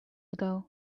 ago